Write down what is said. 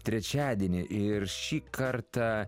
trečiadienį ir šį kartą